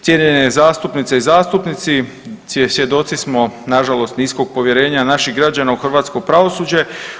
Cijenjene zastupnice i zastupnici svjedoci smo na žalost niskog povjerenja naših građana u hrvatsko pravosuđe.